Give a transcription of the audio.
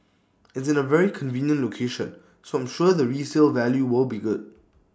it's in A very convenient location so I'm sure the resale value will be good